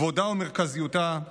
כבודה ומרכזיותה,